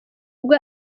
ubwo